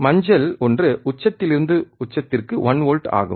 மஞ்சள் ஒன்று உச்சத்திலிருந்து உச்சத்திற்கு 1 வோல்ட் ஆகும்